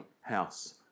house